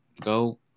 go